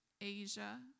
Asia